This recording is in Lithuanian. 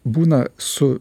būna su